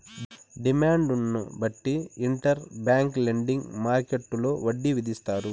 డిమాండ్ను బట్టి interbank lending మార్కెట్టులో వడ్డీ విధిస్తారు